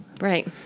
Right